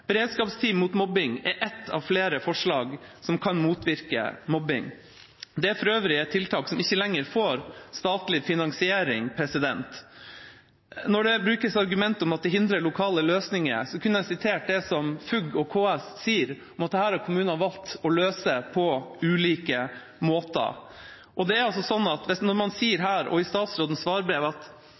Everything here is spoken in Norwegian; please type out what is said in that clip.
mot mobbing er ett av flere forslag som kan motvirke mobbing. Det er for øvrig et tiltak som ikke lenger får statlig finansiering. Når det brukes et argument om at det hindrer lokale løsninger, kunne jeg sitert det som FUG og KS sier om at dette har kommunene valgt å løse på ulike måter. Når man her og i statsrådens svarbrev sier at slike tiltak ikke vil fungere hvis kommunene selv ikke har vilje til å løse sakene, mener jeg at